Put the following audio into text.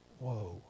whoa